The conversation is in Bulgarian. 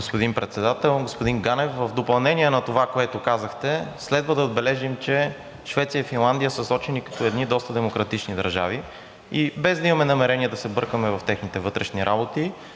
Господин Председател, господин Ганев, в допълнение на това, което казахте, следва да отбележим, че Швеция и Финландия са сочени като едни доста демократични държави и без да имаме намерение да се бъркаме в техните вътрешни работи,